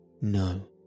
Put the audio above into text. No